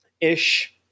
ish